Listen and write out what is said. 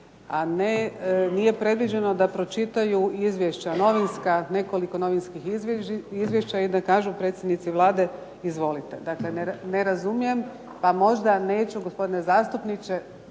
nije predviđeno da pročitaju izvješća novinska, nekoliko novinskih izvješća i da kažu predsjednici Vlade, izvolite. Dakle, ne razumijem, pa možda nećete biti